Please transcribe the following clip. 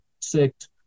six